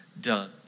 done